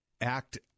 act